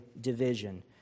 division